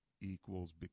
equals